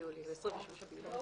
אם אני זוכרת, ב-3 באוגוסט.